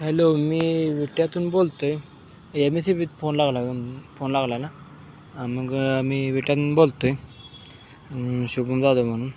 hello मी विट्यातून बोलतो आहे एम एबीत फोन लागला फोन लागला आहे ना मग मी विट्यातून बोलतो आहे शुभम् जाधव म्हणून